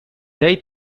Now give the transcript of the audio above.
day